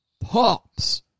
pops